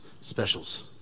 specials